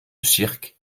cirque